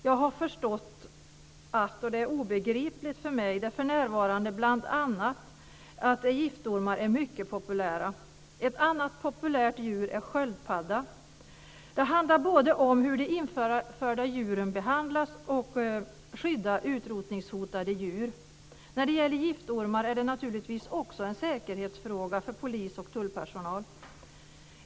Jag har förstått - det är obegripligt för mig - att giftormar för närvarande är mycket populära. Ett annat populärt djur är sköldpadda. Det handlar både om hur de införda djuren behandlas och om att skydda utrotningshotade djur. När det gäller giftormar är det naturligtvis också en säkerhetsfråga för polis och tullpersonal.